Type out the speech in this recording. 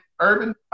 urban